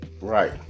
right